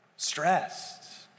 stressed